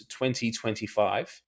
2025